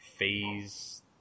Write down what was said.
phase